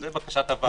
אם זו בקשת הוועדה.